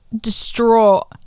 distraught